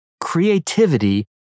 creativity